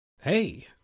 Hey